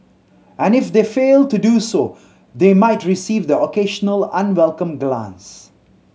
and if they fail to do so they might receive the occasional unwelcome glance